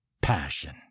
passion